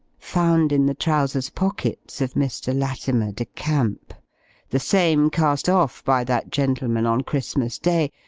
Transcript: found in the trowsers pockets of mr. latimer de camp the same cast off by that gentleman on christmas-day,